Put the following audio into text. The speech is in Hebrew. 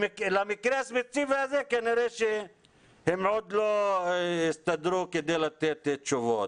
למקרה הספציפי הזה כנראה שהם עוד לא הסתדרו כדי לתת תשובות.